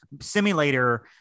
simulator